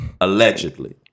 Allegedly